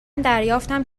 دریافتم